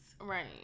Right